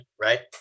right